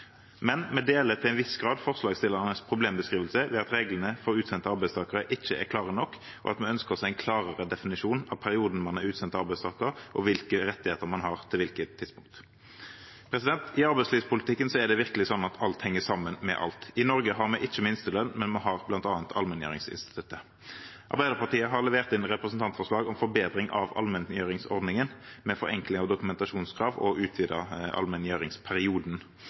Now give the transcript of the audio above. Men vi deler til en viss grad forslagsstillernes problembeskrivelse, ved at vi mener at reglene for utsendte arbeidstakere ikke er klare nok, og at vi ønsker oss en klarere definisjon av perioden man er en utsendt arbeidstaker, og av hvilke rettigheter man har på hvilke tidspunkter. I arbeidslivspolitikken er det virkelig slik at alt henger sammen med alt. I Norge har vi ikke minstelønn, men vi har bl.a. allmenngjøringsinstituttet. Arbeiderpartiet har levert inn representantforslag om forbedring av allmenngjøringsordningen, med forenkling av dokumentasjonskrav og utvidelse av allmenngjøringsperioden.